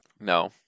No